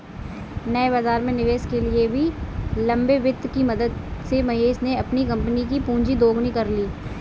नए बाज़ार में निवेश के लिए भी लंबे वित्त की मदद से महेश ने अपनी कम्पनी कि पूँजी दोगुनी कर ली